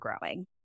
growing